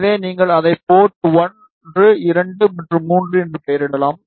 எனவே நீங்கள் அதை போர்ட் 1 2 மற்றும் 3 என்று பெயரிடலாம்